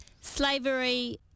Slavery